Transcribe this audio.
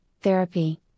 therapy